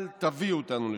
אל תביאו אותנו לשם.